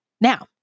Now